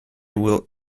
will